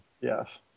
yes